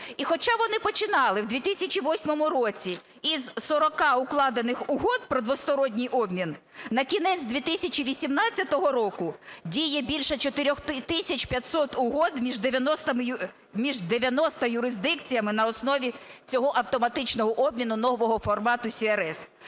І хоча вони починали в 2008 році із 40 укладених угод про двосторонній обмін, на кінець 2018 року діє більше 4 тисяч 500 угод між 90 юрисдикціями на основі цього автоматичного обміну нового формату СRS.